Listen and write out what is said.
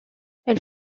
elle